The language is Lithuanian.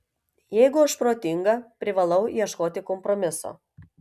jeigu aš protinga privalau ieškoti kompromiso